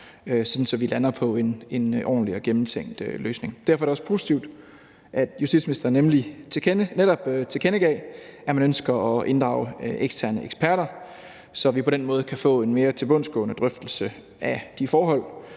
at vi lander på en ordentlig og gennemtænkt løsning. Derfor er det også positivt, at justitsministeren netop tilkendegav, at man ønsker at inddrage eksterne eksperter, så vi på den måde kan få en mere tilbundsgående drøftelse af de forhold,